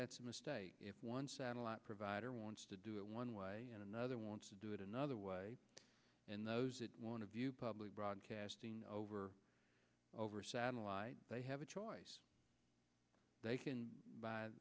that's a mistake if one satellite provider wants to do it one way and another wants to do it another way and those that want to view public broadcasting over over satellite they have a choice they can buy